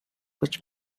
which